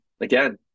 again